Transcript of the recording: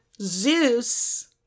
Zeus